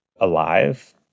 alive